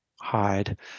hide